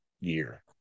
year